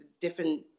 different